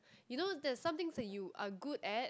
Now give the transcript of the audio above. you know there's somethings that you are good at